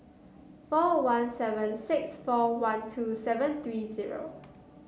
four one seven six four one two seven three zero